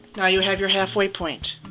now you have your halfway point.